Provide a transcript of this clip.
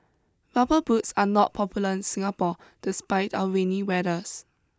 rubber boots are not popular in Singapore despite our rainy weathers